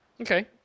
Okay